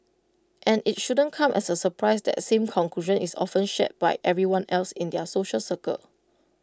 and IT shouldn't come as A surprise that same conclusion is often shared by everyone else in their social circle